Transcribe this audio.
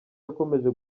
yakomeje